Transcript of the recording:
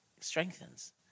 strengthens